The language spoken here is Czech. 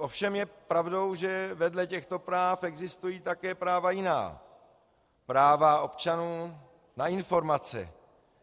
Ovšem je pravdou, že vedle těchto práv existují také práva jiná práva občanů na informace,